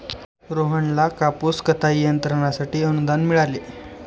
रोहनला कापूस कताई यंत्रासाठी अनुदान मिळाले